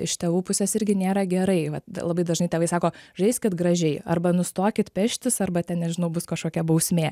iš tėvų pusės irgi nėra gerai vat labai dažnai tėvai sako žaiskit gražiai arba nustokit peštis arba ten nežinau bus kažkokia bausmė